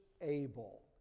able